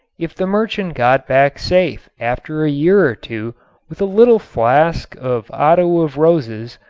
if the merchant got back safe after a year or two with a little flask of otto of roses,